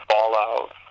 fallout